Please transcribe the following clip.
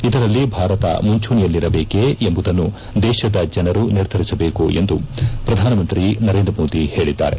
ಇದರಲ್ಲಿ ಭಾರತ ಮುಂಚೂಣಿಯಲ್ಲಿರಬೇಕೇ ಎಂಬುದನ್ನು ದೇಶದ ಜನರು ನಿರ್ಧರಿಸಬೇಕು ಎಂದು ಪ್ರಧಾನಮಂತ್ರಿ ನರೇಂದ್ರ ಮೋದಿ ಹೇಳಿದ್ದಾರೆ